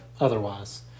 otherwise